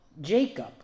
Jacob